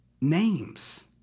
names